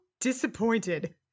disappointed